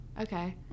Okay